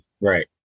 Right